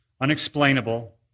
unexplainable